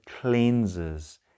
cleanses